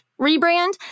rebrand